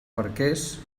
barquers